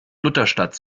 lutherstadt